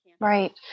Right